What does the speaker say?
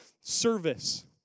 service